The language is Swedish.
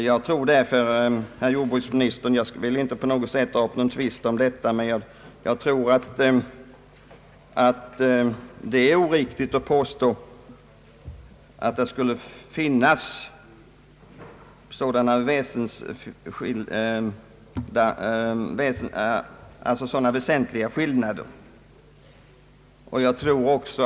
Jag vill inte dra upp en tvist om detta, men jag tror, herr jordbruksminister, att det är oriktigt att påstå att det skulle föreligga någon väsentlig skillnad.